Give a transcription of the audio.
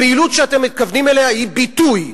הפעילות שאתם מתכוונים אליה היא ביטוי.